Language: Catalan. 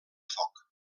foc